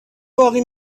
باقی